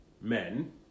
men